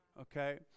Okay